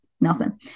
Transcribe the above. Nelson